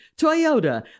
Toyota